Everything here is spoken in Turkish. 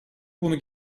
bunu